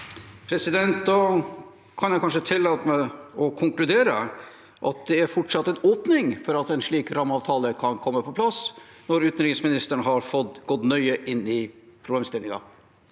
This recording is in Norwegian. Da kan jeg kanskje tillate meg å konkludere med at det fortsatt er en åpning for at en slik rammeavtale kan komme på plass når utenriksministeren har fått gått nøye inn i problemstillingen?